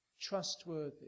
trustworthy